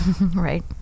Right